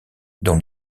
dont